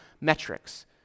metrics